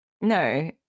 no